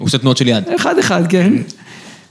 ‫הוא עושה תנועות של יד. ‫-אחד אחד, כן.